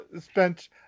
spent